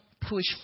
push